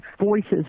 voices